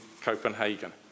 Copenhagen